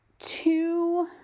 Two